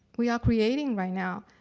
we are creating right now,